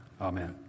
Amen